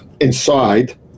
inside